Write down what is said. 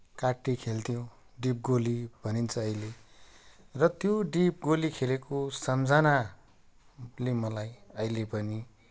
काटी खेल्थ्यौँ डिपगोली भनिन्छ अहिले र त्यो डिपगोली खेलेको सम्झनाले मलाई अहिले पनि